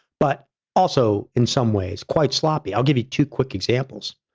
but also, in some ways, quite sloppy. i'll give you two quick examples.